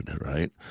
right